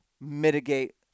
mitigate